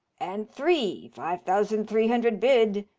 and three. five thousand three hundred bid.